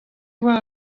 war